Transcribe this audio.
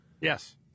Yes